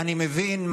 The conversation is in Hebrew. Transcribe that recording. אני מבין,